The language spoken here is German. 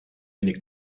wenig